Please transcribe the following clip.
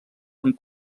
amb